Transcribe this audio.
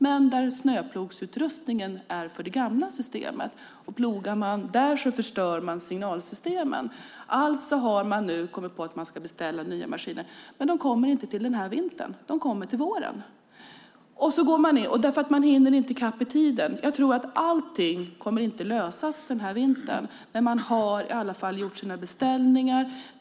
Men snöplogsutrustningen är anpassad för det gamla systemet, och om man plogar där förstör man signalsystemen. Därför har man nu kommit på att man ska beställa nya maskiner, men de kommer inte till den här vintern utan till våren. Man hinner inte i kapp i tiden. Jag tror inte att allting kommer att lösas denna vinter, men man har i alla fall gjort sina beställningar.